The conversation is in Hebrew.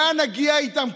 לאן נגיע איתם?